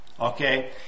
Okay